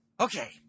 Okay